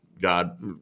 god